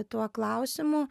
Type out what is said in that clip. tuo klausimu